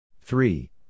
Three